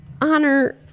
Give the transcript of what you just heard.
honor